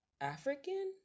african